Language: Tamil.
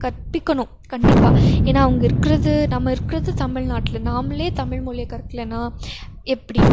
கற்பிக்கணும் கண்டிப்பாக ஏன்னால் அங்கே இருக்கிறது நம்ம இருக்கிறது தமிழ்நாட்டுல நாமளே தமிழ் மொழிய கற்கலேனால் எப்படி